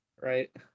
right